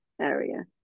area